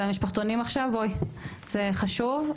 זה המשפחתונים עכשיו בואי זה חשוב,